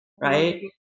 right